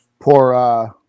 poor